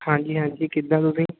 ਹਾਂਜੀ ਹਾਂਜੀ ਕਿੱਦਾਂ ਤੁਸੀਂ